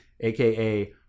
aka